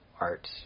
art